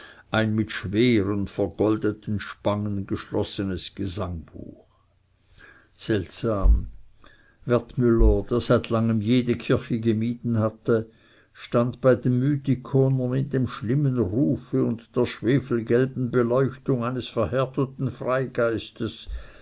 ein mit schweren vergoldeten spangen geschlossenes gesangbuch seltsam wertmüller der seit langem jede kirche gemieden hatte stand bei den mythikonern in dem schlimmen rufe und der schwefelgelben beleuchtung eines verhärteten freigeistes